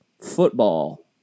football